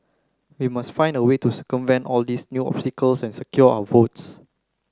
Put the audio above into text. we must find a way to circumvent all these new obstacles and secure our votes